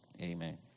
Amen